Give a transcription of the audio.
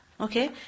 okay